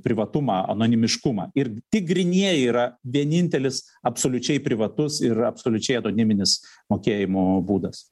privatumą anonimiškumą ir tik grynieji yra vienintelis absoliučiai privatus ir absoliučiai anoniminis mokėjimo būdas